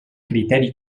criteri